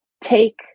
take